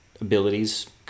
abilities